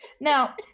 Now